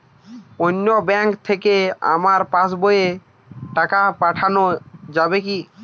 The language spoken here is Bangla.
অন্য ব্যাঙ্ক থেকে আমার পাশবইয়ে টাকা পাঠানো যাবে কি?